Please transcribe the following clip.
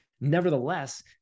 Nevertheless